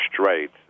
straight